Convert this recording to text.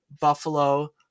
Buffalo